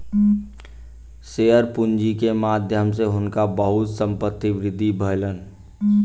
share पूंजी के माध्यम सॅ हुनका बहुत संपत्तिक वृद्धि भेलैन